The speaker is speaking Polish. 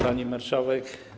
Pani Marszałek!